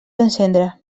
encendre